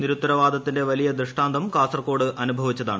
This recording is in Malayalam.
നിരുത്തരവാദത്തിന്റെ വലിയ ദൃഷ്ടാന്തം കാസർകോട് അനുഭവിച്ചതാണ്